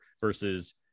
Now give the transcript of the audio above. versus